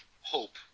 hope